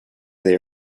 they